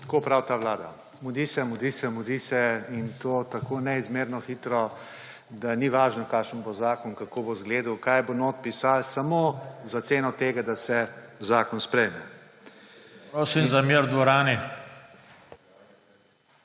tako pravi ta vlada, mudi se, mudi se, mudi se in to tako neizmerno hitro, da ni važno kakšen bo zakon, kako bo zgledal, kaj bo notri pisalo, samo za ceno tega, da se zakon sprejme. **PODPREDSEDNIK